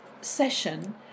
session